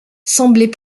semblait